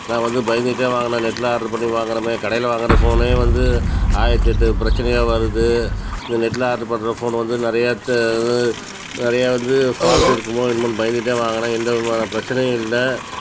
நான் வந்து பயந்துகிட்டே வாங்கினேன் நெட்டில் ஆடர் பண்ணி வாங்குறோமே கடையில் வாங்குகிற ஃபோனே வந்து ஆயிரத்து எட்டு பிரச்சனையாக வருது இந்த நெட்டில் ஆட்ரு பண்ற ஃபோனு வந்து நிறையா நிறையா வந்து பால்ட்டு இருக்குமோ என்னமோனு பயந்துகிட்டே வாங்கினேன் எந்த விதமான பிரச்சனையும் இல்லை